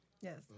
Yes